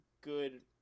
good –